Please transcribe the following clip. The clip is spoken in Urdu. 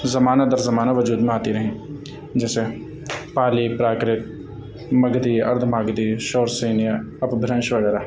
زمانہ در زمانہ وجود میں آتی رہیں جیسے پالی پراکرت مگدھی ارد مگدھی شورسینیہ اپبھرنش وغیرہ